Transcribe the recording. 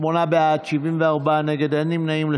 שמונה בעד, 74 נגד, אין נמנעים.